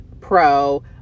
pro